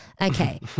Okay